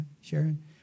Sharon